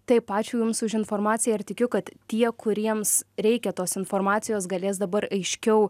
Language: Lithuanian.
taip ačiū jums už informaciją ir tikiu kad tie kuriems reikia tos informacijos galės dabar aiškiau